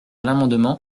l’amendement